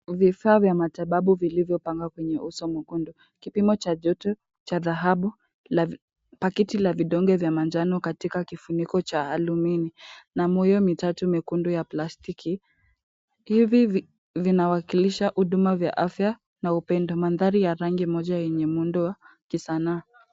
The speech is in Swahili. Vifaa vya matibabu vilivyopangwa kwenye uso mwekundu. Kipimo cha joto cha dhahabu, paketi la vidonge vya manjano katika kifuniko cha alumini na moyo mitatu myekundu ya plastiki. Hivi vinawakilisha huduma vya afya na upendo. Mandhari ya rangi moja yenye muundo wa kisanaa.